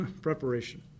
preparation